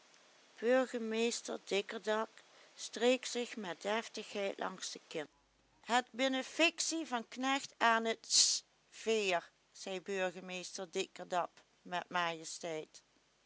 burgemeester dikkerdak streek zich met deftigheid langs de kin het beneficie van knecht aan het sche veer zei burgemeester dikkerdak met majesteit